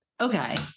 okay